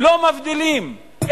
לא מבדילים,